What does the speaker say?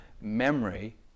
memory